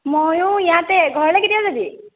ময়ো ইয়াতে ঘৰলে কেতিয়া যাবি